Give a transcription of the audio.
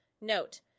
Note